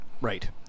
Right